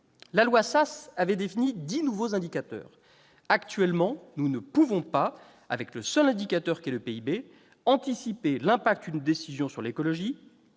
La loi Sas avait défini dix nouveaux indicateurs. Actuellement, nous ne pouvons pas, avec le seul indicateur qu'est le PIB, anticiper l'impact d'une décision sur l'écologie